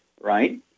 right